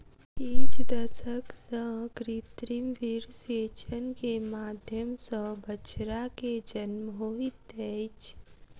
किछ दशक सॅ कृत्रिम वीर्यसेचन के माध्यम सॅ बछड़ा के जन्म होइत अछि